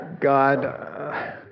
God